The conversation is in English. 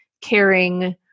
caring